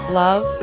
love